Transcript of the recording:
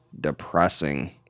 depressing